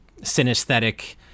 synesthetic